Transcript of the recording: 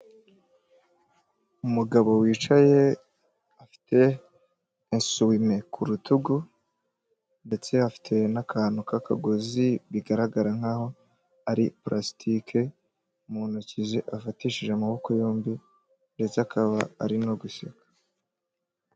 Umugabo wicaye afite insume ku rutugu ndetse afite n'akantu k'akagozi bigaragara nkaho ari plastike mu ntoki ze afatishije amaboko yombi ndetse akaba ari no guseka.